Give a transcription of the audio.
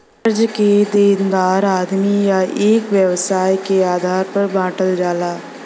कर्जा के देनदार आदमी या एक व्यवसाय के आधार पर बांटल जाला